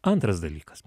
antras dalykas